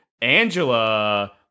Angela